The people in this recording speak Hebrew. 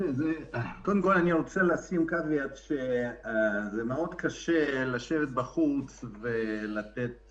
קודם כול אני רוצה להגיד שמאוד קשה לשבת בחוץ ולתת